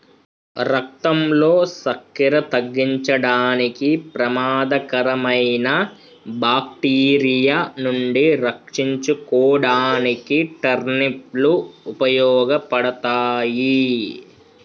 రక్తంలో సక్కెర తగ్గించడానికి, ప్రమాదకరమైన బాక్టీరియా నుండి రక్షించుకోడానికి టర్నిప్ లు ఉపయోగపడతాయి